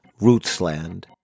Rootsland